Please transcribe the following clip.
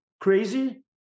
Crazy